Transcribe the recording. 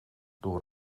door